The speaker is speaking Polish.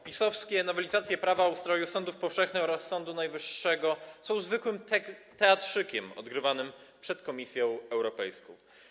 PiS-owskie nowelizacje Prawa o ustroju sądów powszechnych oraz Sądu Najwyższego są zwykłym teatrzykiem odgrywanym przed Komisją Europejską.